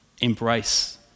Embrace